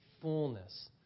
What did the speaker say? fullness